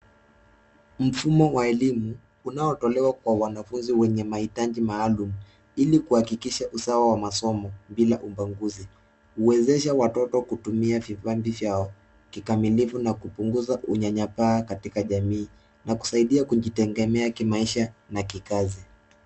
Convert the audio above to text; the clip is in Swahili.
Mfumo wa elimu unaotolewa kwa wanafunzi wenye mahitaji maalum ili kuhakikisha usawa wa masomo bila ubaguzi. Huwezesha watoto kutumia vipande vyao kamilifu na kupunguza unyanyapaa katika jamii na kusaidia kujitegemea kimaisha na kikazi.